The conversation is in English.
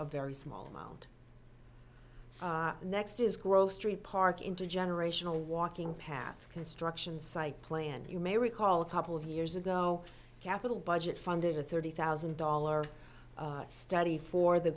a very small amount the next is gross street park intergenerational walking path construction site planned you may recall a couple of years ago capital budget funded a thirty thousand dollars study for the